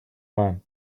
man